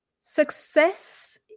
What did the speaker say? success